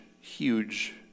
huge